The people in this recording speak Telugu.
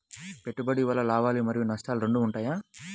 పెట్టుబడి వల్ల లాభాలు మరియు నష్టాలు రెండు ఉంటాయా?